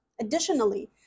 Additionally